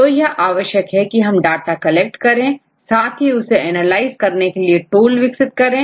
तो यह आवश्यक है कि हम डाटा कलेक्ट करें साथ ही उसे एनालाइज करने के लिए टूल विकसित करें